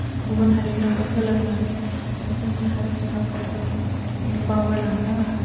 गुबुन हारिनि रावखौ सोलोंनानै जोंनि हारिनि रावखौ जों बावगारलांनो नाङा